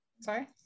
sorry